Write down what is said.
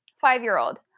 five-year-old